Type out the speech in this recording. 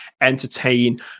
entertain